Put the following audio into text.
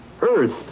earth